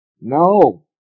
No